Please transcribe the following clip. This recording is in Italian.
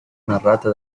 narrata